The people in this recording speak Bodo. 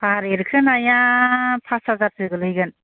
फाहार एरखोनाया फास हाजारसो गोलैगोन